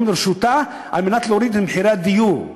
לרשותה על מנת להוריד את מחירי הדיור";